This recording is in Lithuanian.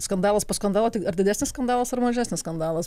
skandalas po skandalo tik ar didesnis skandalas ar mažesnis skandalas